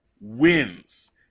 Wins